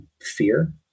fear